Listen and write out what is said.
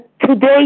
today